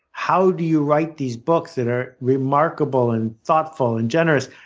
how do you write these books that are remarkable and thoughtful and generous,